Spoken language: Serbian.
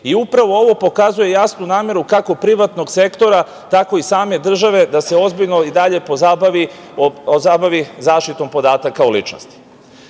i upravo ovo pokazuje jasnu nameru kako privatnog sektora tako i same države da se ozbiljno i dalje pozabavi zaštitom podataka o ličnosti. Kada